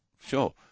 sure